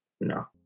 No